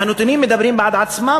והנתונים מדברים בעד עצמם,